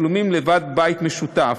ותשלומים לוועד בית משותף.